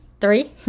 Three